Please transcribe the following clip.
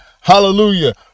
hallelujah